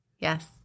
Yes